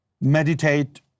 meditate